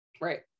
Right